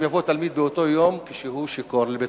אם יבוא תלמיד באותו יום כשהוא שיכור לבית-הספר,